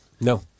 No